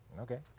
Okay